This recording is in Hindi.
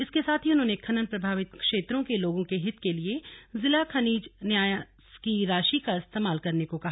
इसके साथ ही उन्होंने खनन प्रभावित क्षेत्रों के लोगों के हित के लिए जिला खनिज न्यास की राशि का इस्तेमाल करने को कहा